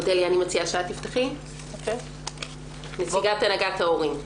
אודליה, אני מציעה שאת תפתחי, נציגת הנהגת ההורים.